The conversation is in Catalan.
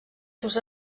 seus